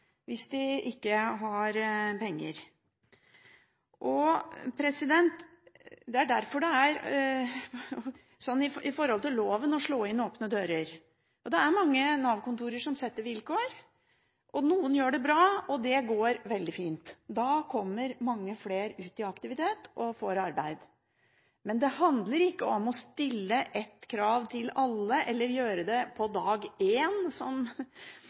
hvis de ikke har penger. Det er derfor det er – med tanke på loven – å slå inn åpne dører. Det er mange Nav-kontorer som setter vilkår, og noen gjør det bra, og det går veldig fint. Da kommer mange flere ut i aktivitet og får arbeid. Men det handler ikke om å stille ett krav til alle eller gjøre det på dag én – som